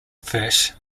fish